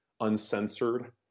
uncensored